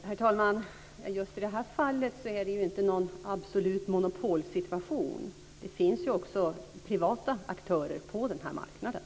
Herr talman! Just i det här fallet råder det inte någon absolut monopolsituation. Det finns också privata aktörer på den här marknaden.